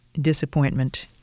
disappointment